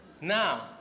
Now